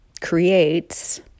creates